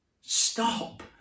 Stop